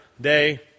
day